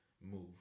move